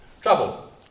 trouble